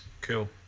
Cool